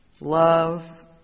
love